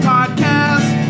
Podcast